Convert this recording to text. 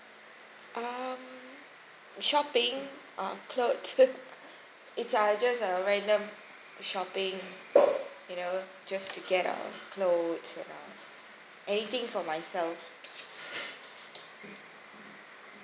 um shopping um clothes it's uh just uh random shopping you know just to get uh clothes you know anything for myself